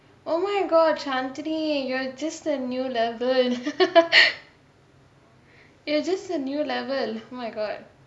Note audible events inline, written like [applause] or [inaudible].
oh my god shantini you are just a new level [laughs] you are just a new level oh my god